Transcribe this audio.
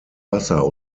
wasser